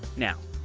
now,